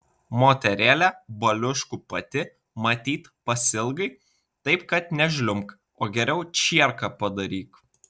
moterėle baliuškų pati matyt pasiilgai taip kad nežliumbk o geriau čierką padaryk